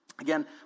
Again